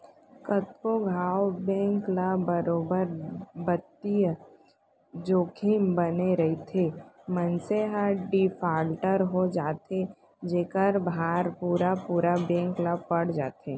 कतको घांव बेंक ल बरोबर बित्तीय जोखिम बने रइथे, मनसे ह डिफाल्टर हो जाथे जेखर भार पुरा पुरा बेंक ल पड़ जाथे